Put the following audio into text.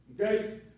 okay